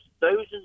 thousands